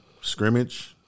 Scrimmage